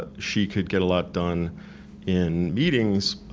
ah she could get a lot done in meetings,